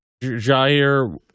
Jair